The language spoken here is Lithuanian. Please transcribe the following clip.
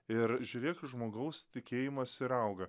ir žiūrėk žmogaus tikėjimas ir auga